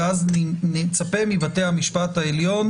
ואז אני מצפה מבית המשפט העליון,